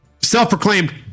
self-proclaimed